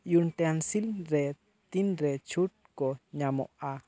ᱤᱭᱩᱴᱮᱱᱥᱤᱞᱨᱮ ᱛᱤᱱᱨᱮ ᱪᱷᱩᱴᱠᱚ ᱧᱟᱢᱚᱜᱼᱟ